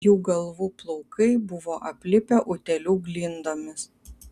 jų galvų plaukai buvo aplipę utėlių glindomis